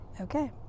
Okay